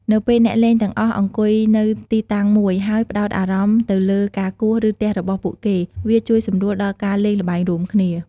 នៅពេលអ្នកលេងទាំងអស់អង្គុយនៅទីតាំងមួយ ហើយផ្ដោតអារម្មណ៍ទៅលើការគោះ ឬទះរបស់ពួកគេ វាជួយសម្រួលដល់ការលេងល្បែងរួមគ្នា។